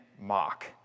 mock